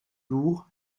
lourds